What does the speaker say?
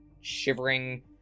shivering